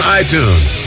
iTunes